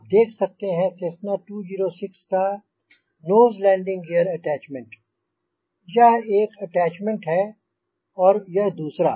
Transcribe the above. आप देख सकते हैं सेस्ना 206 का नोज़ लैंडिंग ग़ीयर अटैच्मेंट यह एक अटैच्मेंट है और यह दूसरा